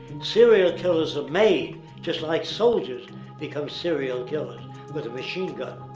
serial killers are made just like soldiers become serial killers with a machine gun.